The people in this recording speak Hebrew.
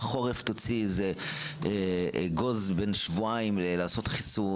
בחורף להוציא אגוז בן שבועיים לעשות חיסון